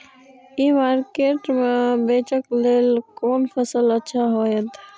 ई market में बेचेक लेल कोन फसल अच्छा होयत?